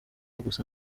gusa